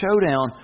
showdown